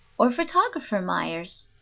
or photographer myers.